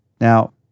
Now